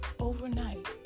Overnight